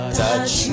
touch